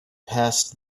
past